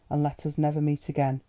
and let us never meet again.